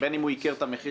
בין אם הוא ייקר את המחיר,